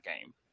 game